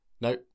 No